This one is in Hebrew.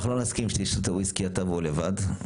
אנחנו לא נסכים שתשתו וויסקי אתה והוא לבד,